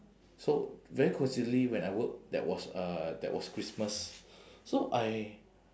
so very coincidentally when I work that was uh that was christmas so I